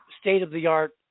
state-of-the-art